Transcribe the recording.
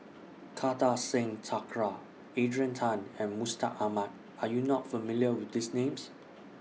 Kartar Singh Thakral Adrian Tan and Mustaq Ahmad Are YOU not familiar with These Names